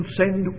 send